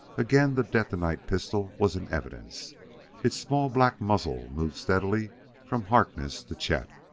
again the detonite pistol was in evidence its small black muzzle moved steadily from harkness to chet.